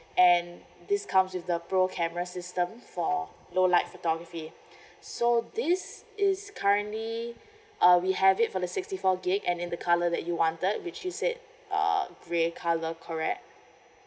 and this comes with the pro camera system for low light photography so this is currently uh we have it for the sixty four gig and in the colour that you wanted which you said uh grey colour correct